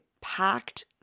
packed